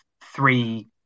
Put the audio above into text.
three